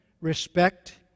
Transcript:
respect